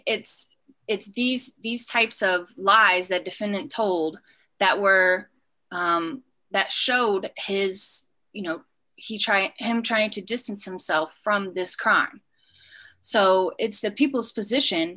it's it's these these types of lies that defendant told that were that showed his you know he's trying and trying to distance himself from this crime so it's the people's position